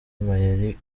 mayeri